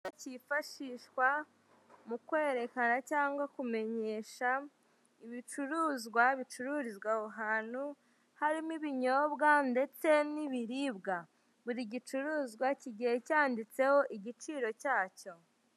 Kifashishwa mu kwerekana cyangwa kumenyesha ibicuruzwa bicururizwa aho hantu, harimo ibinyobwa ndetse n'ibiribwa, buri gicuruzwa kigiye cyanditseho igiciro cyacyo.